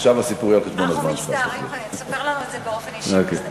עכשיו הסיפור יהיה על חשבון הזמן שלך,